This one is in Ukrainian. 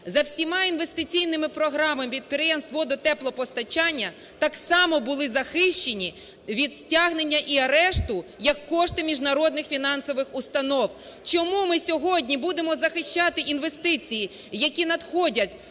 за всіма інвестиційними програмами підприємств водо-, теплопостачання так само були захищені від стягнення і арешту, як кошти міжнародних фінансових установ. Чому ми сьогодні будемо захищати інвестиції, які надходять